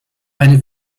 eine